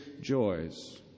joys